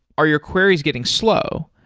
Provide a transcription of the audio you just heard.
are your queries getting slow?